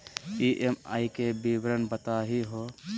EMI के विवरण बताही हो?